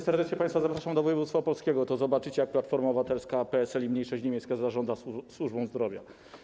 Serdecznie państwa zapraszam do województwa opolskiego, to zobaczycie, jak Platforma Obywatelska, PSL i Mniejszość Niemiecka zarządzają służbą zdrowia.